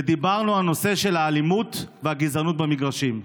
ודיברנו על הנושא של האלימות והגזענות במגרשים.